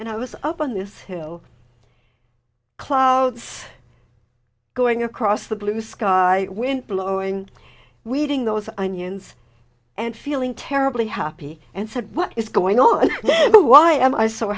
and i was up on this hill clouds going across the blue sky blowing weeding those onions and feeling terribly happy and said what is going on who i am i so